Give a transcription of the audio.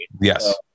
Yes